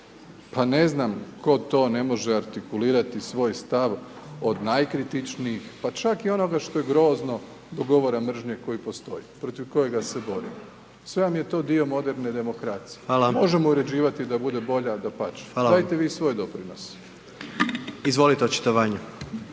pa ne znam tko to ne može artikulirati svoj stav od najkritičnijih, pa čak i onoga što je grozno do govora mržnje koji postoji, protiv kojega se borimo, sve vam je to dio moderne demokracije…/Upadica: Hvala/…, možemo je uređivati da bude bolja, dapače, gledajte vi svoje doprinose. **Jandroković,